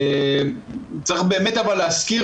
צריך להזכיר,